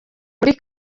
muri